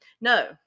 No